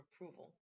approval